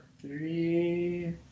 three